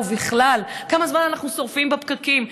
ובכלל, כמה זמן אנחנו שורפים בפקקים?